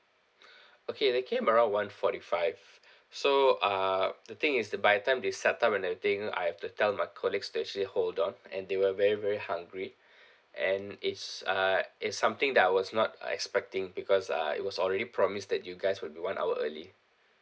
okay they came around one forty five so uh the thing is that by time they settle all the thing I have to tell my colleagues to actually hold on and they were very very hungry and it's uh it's something that I was not uh expecting because uh it was already promised that you guys will be one hour early